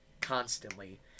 constantly